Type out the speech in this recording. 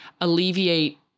alleviate